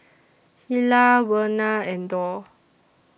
Hilah Werner and Dorr